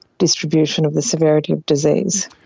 distribution of the severity of disease.